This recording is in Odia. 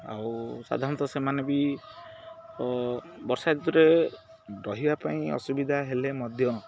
ଆଉ ସାଧାରଣତଃ ସେମାନେ ବି ବର୍ଷା ଋତୁରେ ରହିବା ପାଇଁ ଅସୁବିଧା ହେଲେ ମଧ୍ୟ